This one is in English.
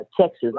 Texas